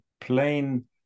plain